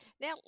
now